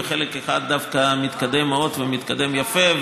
וחלק אחד דווקא מתקדם מאוד ומתקדם יפה.